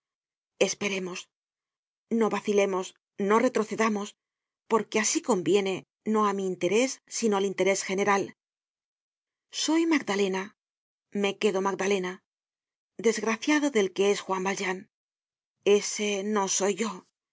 esperemos no vacilemos no retrocedamos porque asi conviene no á mi interés sino al interés general soy magdalena me quedo magdalena desgraciado del que es juan valjean ese no soy yo